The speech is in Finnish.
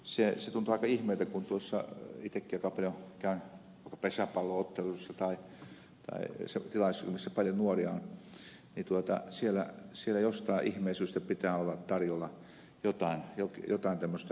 se tuntuu aika ihmeeltä kun itsekin aika paljon käyn pesäpallo otteluissa tai tilaisuuksissa joissa paljon nuoria on että siellä jostain ihmeen syystä pitää olla tarjolla jotain tämmöistä alkoholipitoista juomaa